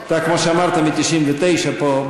אתה כמו שאמרת, מ-1999 פה.